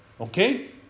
Okay